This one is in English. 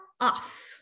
off